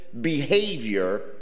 behavior